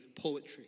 poetry